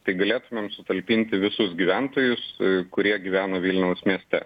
tai galėtumėm sutalpinti visus gyventojus kurie gyvena vilniaus mieste